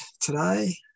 today